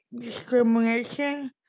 discrimination